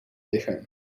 liggen